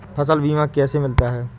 फसल बीमा कैसे मिलता है?